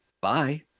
Bye